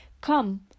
Come